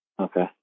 okay